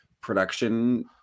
production